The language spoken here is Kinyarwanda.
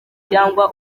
cyangwa